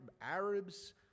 Arabs